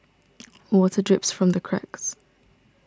water drips from the cracks